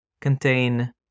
contain